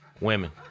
Women